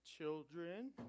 Children